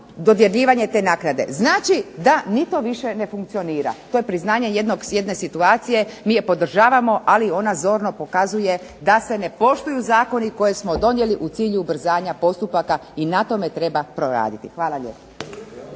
dodjeljivanje te naknade. Znači da ni to više ne funkcionira. To je priznanje jedne situacije. Mi je podržavamo ali ona zorno pokazuje da se ne poštuju zakoni koje smo donijeli u cilju ubrzanja postupaka i na tome treba poraditi. Hvala lijepa.